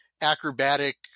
acrobatic